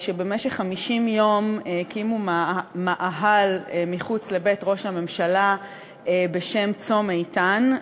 שלמשך 50 יום הקימו מאהל מחוץ לבית ראש הממשלה בשם "צום איתן".